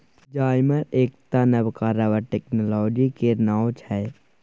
जाइमर एकटा नबका रबर टेक्नोलॉजी केर नाओ छै